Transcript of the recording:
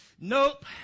Nope